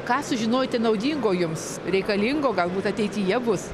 ką sužinojote naudingo jums reikalingo galbūt ateityje bus